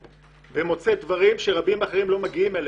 ומוצא דברים שרבים אחרי ם לא מגיעים אליהם.